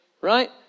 Right